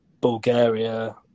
Bulgaria